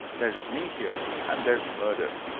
there's me here and there's murder!